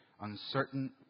uncertain